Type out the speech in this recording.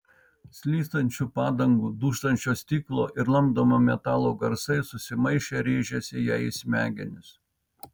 slystančių padangų dūžtančio stiklo ir lamdomo metalo garsai susimaišę rėžėsi jai į smegenis